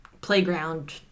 playground